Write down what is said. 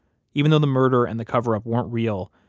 even though the murder and the cover-up weren't real,